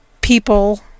people